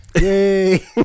Yay